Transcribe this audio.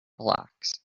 blocks